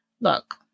Look